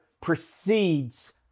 precedes